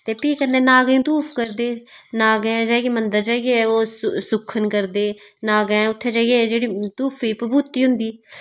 ते भी कन्नै नागें ई धूफ करदे नागें जाइये मंदर जाइये ओह् सुक्खन करदे नागें दे उ'त्थें जाइये जेह्ड़ी धूफे दी बिभुति होंदी